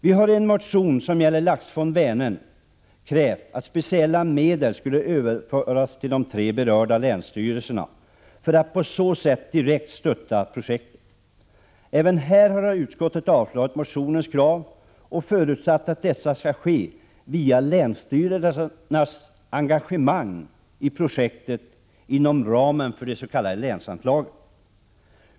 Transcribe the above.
Vi har i en motion som gäller projektet Laxfond för Vänern krävt att speciella medel skall överföras till de tre berörda länsstyrelserna för att på så sätt direkt stödja projektet. Även här har utskottet yrkat avslag på motionens krav och förutsatt att detta skall ske via länsstyrelsernas engagemang i projektet inom ramen för det s.k. länsanslaget.